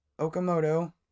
Okamoto